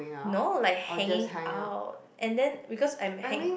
no like hanging out and then because I'm hang~